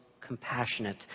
compassionate